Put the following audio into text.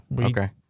Okay